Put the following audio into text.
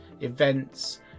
events